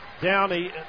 Downey